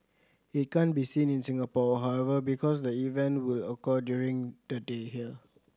it can't be seen in Singapore however because the event will occur during the day here